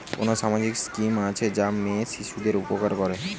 কোন সামাজিক স্কিম আছে যা মেয়ে শিশুদের উপকার করে?